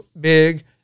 big